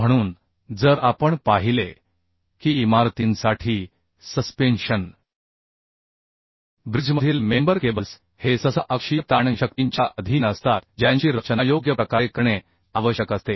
म्हणून जर आपण पाहिले की इमारतींसाठी सस्पेंशन ब्रिजमधील मेंबर केबल्स हे सहसा अक्षीय ताण शक्तींच्या अधीन असतात ज्यांची रचना योग्य प्रकारे करणे आवश्यक असते